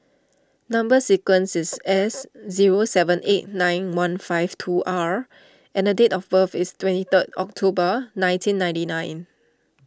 Number Sequence is S zero seven eight nine one five two R and the date of birth is twenty third October nineteen ninety nine